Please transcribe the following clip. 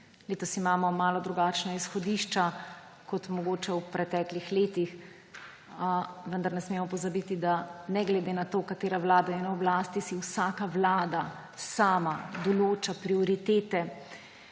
Letos imamo malo drugačna izhodišča kot mogoče v preteklih letih. Vendar ne smemo pozabiti, da ne glede na to, katera vlada je na oblasti, si vsaka vlada sama določa prioritete.